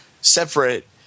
separate